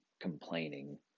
complaining